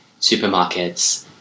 supermarkets